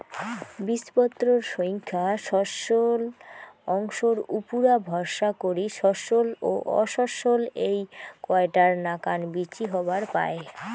বীজপত্রর সইঙখা শস্যল অংশর উপুরা ভরসা করি শস্যল ও অশস্যল এ্যাই কয়টার নাকান বীচি হবার পায়